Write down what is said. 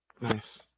Nice